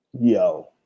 yo